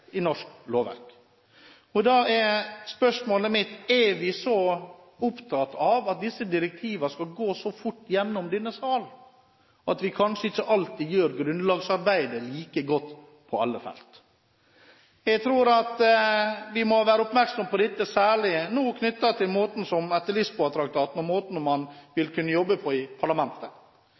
Da er mitt spørsmål: Er vi så opptatt av at disse direktivene skal gå så fort gjennom denne salen at vi kanskje ikke alltid gjør grunnlagsarbeidet like godt på alle felt? Jeg tror vi må være oppmerksomme på dette, særlig i forbindelse med Lisboa-traktaten og måten man vil kunne jobbe på i parlamentet.